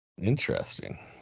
Interesting